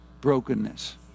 brokenness